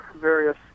various